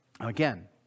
Again